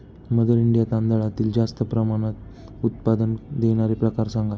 mother India तांदळातील जास्त प्रमाणात उत्पादन देणारे प्रकार सांगा